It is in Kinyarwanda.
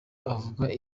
avuga